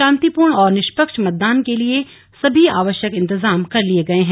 शांतिपूर्ण और निष्पक्ष मतदान के लिए सभी आवश्यक इंतजाम कर लिए गए हैं